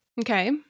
Okay